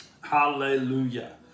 Hallelujah